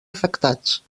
afectats